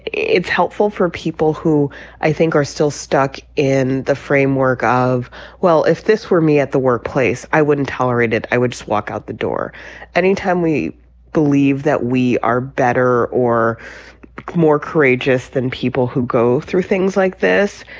it's helpful for people who i think are still stuck in the framework of well if this were me at the workplace i wouldn't tolerate it. i would just walk out the door and in time we believe that we are better or more courageous than people who go through things like this.